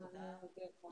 תודה.